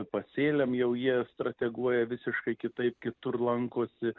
pasėliam jau jie strateguoja visiškai kitaip kitur lankosi